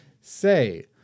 say